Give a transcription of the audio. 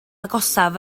agosaf